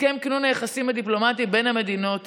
הסכם כינון היחסים הדיפלומטיים בין המדינות,